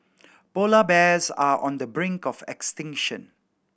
polar bears are on the brink of extinction